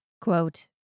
Quote